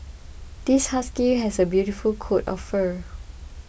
this husky has a beautiful coat of fur